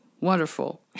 Wonderful